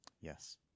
Yes